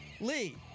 Lee